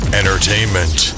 entertainment